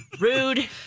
Rude